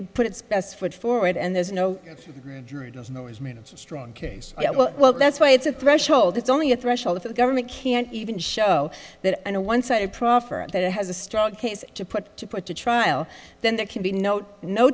would put its best foot forward and there's no strong case well that's why it's a threshold it's only a threshold if the government can't even show that in a one sided proffer that it has a strong case to put to put to trial then there can be no no